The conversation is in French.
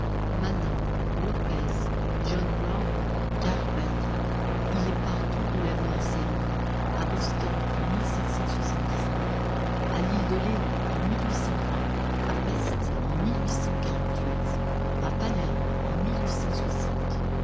manin lopez john brown garibaldi il est partout où l'avenir s'allume à boston en à l'île de léon en à pesth en à palerme en